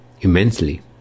immensely